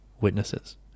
witnesses